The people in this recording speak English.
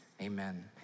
amen